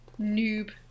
noob